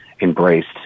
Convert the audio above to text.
embraced